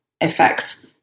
effect